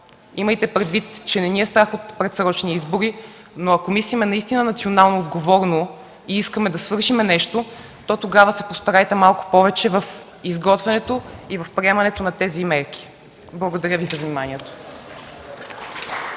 Имайте предвид, че не ни е страх от предсрочни избори, но ако мислим наистина национално отговорно и искаме да свършим нещо, то тогава се постарайте малко повече в изготвянето и приемането на тези мерки. Благодаря Ви за вниманието.